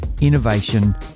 innovation